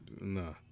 Nah